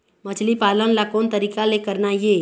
मछली पालन ला कोन तरीका ले करना ये?